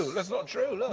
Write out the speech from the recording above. that's not true. look.